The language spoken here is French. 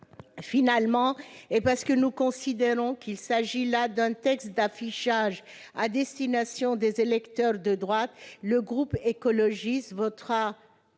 rassurantes. Parce que nous considérons qu'il s'agit là d'un texte d'affichage à destination des électeurs de droite, le groupe écologiste votera